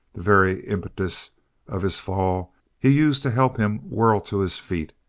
the very impetus of his fall he used to help him whirl to his feet,